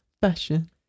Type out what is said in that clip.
Fashion